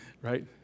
right